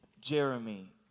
Jeremy